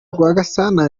rwagasana